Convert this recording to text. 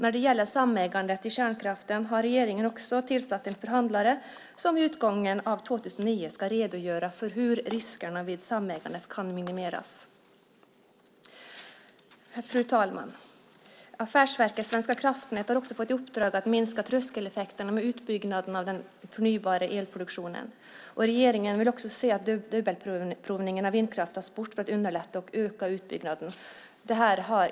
När det gäller samägandet i kärnkraften har regeringen också tillsatt en förhandlare som vid utgången av 2009 ska redogöra för hur riskerna vid samägandet kan minimeras. Fru talman! Affärsverket svenska kraftnät har också fått i uppdrag att minska tröskeleffekterna med utbyggnaden av den förnybara elproduktionen, och regeringen vill också se att dubbelprovningen av vindkraft tas bort för att underlätta och öka utbyggnaden.